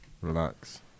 Relax